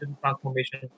transformation